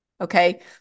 Okay